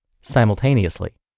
simultaneously